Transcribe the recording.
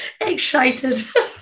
Excited